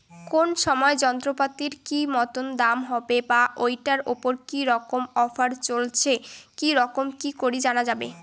কোন সময় যন্ত্রপাতির কি মতন দাম হবে বা ঐটার উপর কি রকম অফার চলছে কি রকম করি জানা যাবে?